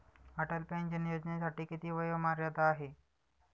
Atal pension योजनेसाठी किती वयोमर्यादा आहे?